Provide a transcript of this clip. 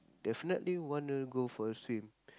definitely wanna go for a swim